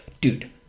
dude